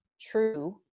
true